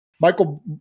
Michael